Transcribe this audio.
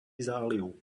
záliv